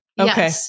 Okay